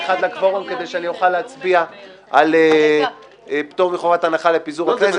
כדי שאני אוכל להצביע על פטור מחובת הנחה לפיזור הכנסת.